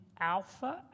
Alpha